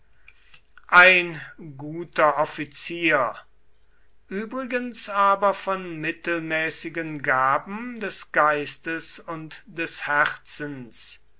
ein guter offizier übrigens aber von mittelmäßigen gaben des geistes und des herzens